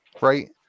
right